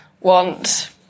want